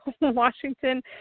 washington